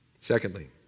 Secondly